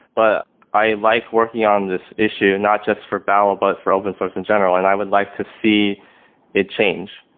but i like working on this issue not just for babel, but for open source in general and i would like to see it change.